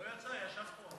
לא יצא, ישב פה.